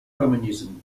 communism